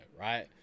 right